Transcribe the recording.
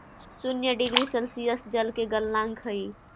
शून्य degree Celsius जल के गलनांक हई